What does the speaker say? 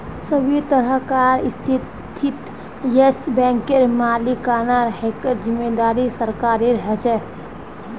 सभी तरहकार स्थितित येस बैंकेर मालिकाना हकेर जिम्मेदारी सरकारेर ह छे